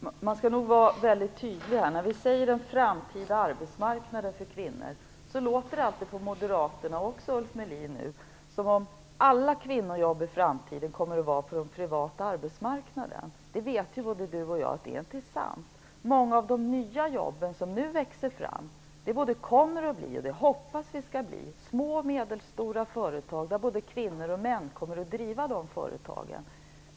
Herr talman! Man skall nog vara väldigt tydlig här. När vi talar om den framtida arbetsmarknaden för kvinnor, så låter det alltid på moderaterna, också på Ulf Melin, som om alla kvinnojobb i framtiden kommer att finnas på den privata arbetsmarknaden. Både Ulf Melin och jag vet ju att det inte är sant. Många av de nya jobb som nu växer fram kommer, hoppas vi, att bli till i små och medelstora företag, och vi hoppas att både kvinnor och män kommer att driva de företagen.